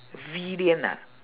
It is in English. villain ah